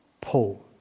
Paul